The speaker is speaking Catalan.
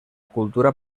cultura